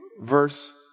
verse